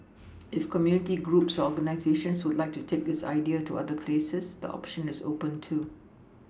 if community groups or organisations would like to take this idea to other places the option is open too